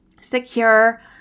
secure